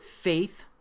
faith